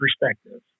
perspective